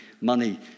money